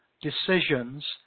decisions